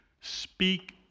speak